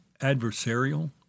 adversarial